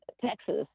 Texas